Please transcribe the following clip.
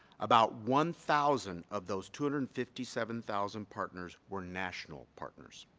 about one thousand of those two hundred and fifty seven thousand partners were national partners.